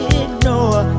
ignore